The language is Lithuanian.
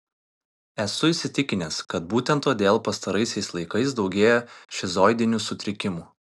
esu įsitikinęs kad būtent todėl pastaraisiais laikais daugėja šizoidinių sutrikimų